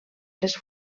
les